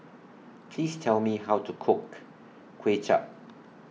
Please Tell Me How to Cook Kuay Chap